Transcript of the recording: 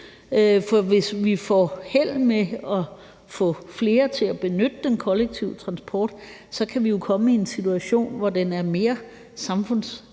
For hvis vi får held med at få flere til at benytte den kollektive transport, kan vi jo komme i en situation, hvor den er mere samfundssammenhængende